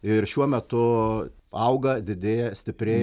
ir šiuo metu auga didėja stiprėja